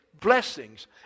blessings